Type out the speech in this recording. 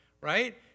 right